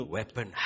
weapon